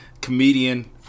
comedian